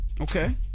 Okay